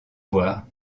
voir